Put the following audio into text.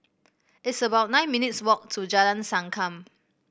it's about nine minutes' walk to Jalan Sankam